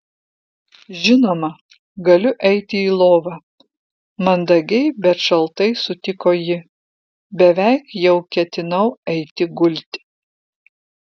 žinoma galiu eiti į lovą mandagiai bet šaltai sutiko ji beveik jau ketinau eiti gulti